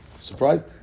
surprise